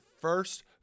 first